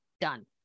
done